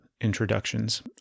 introductions